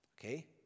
okay